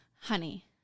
Honey